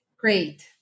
Great